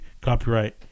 copyright